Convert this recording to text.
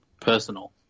personal